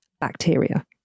bacteria